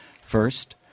First